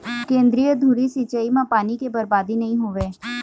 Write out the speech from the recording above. केंद्रीय धुरी सिंचई म पानी के बरबादी नइ होवय